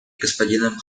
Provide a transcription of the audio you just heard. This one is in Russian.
господином